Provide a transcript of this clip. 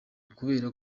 kubera